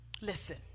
Listen